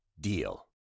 DEAL